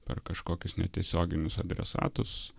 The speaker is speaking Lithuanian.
per kažkokius netiesioginius adresatus